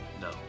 No